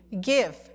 Give